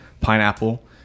pineapple